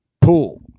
pool